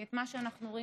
כי מה שאנחנו רואים,